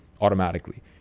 automatically